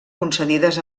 concedides